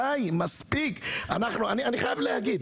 די מספיק, אני חייב להגיד